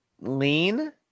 Lean